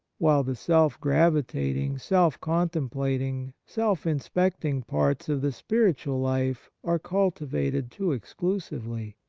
while the self-gravitating, self-con templating, self-inspecting parts of the spiritual life are cultivated too exclusively.